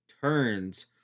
turns